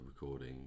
recording